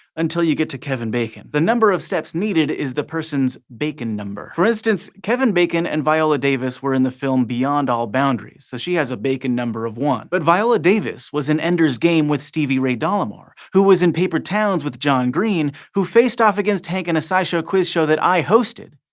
until you get to kevin bacon. the number of steps needed is the person's bacon number. for instance, kevin bacon and viola davis were in the film beyond all boundaries, so she has a bacon number of one. but viola davis was in ender's game with stevie ray dallimore, who was in paper towns with john green, who faced off against hank in a scishow quiz show that i hosted,